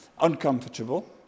uncomfortable